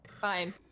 Fine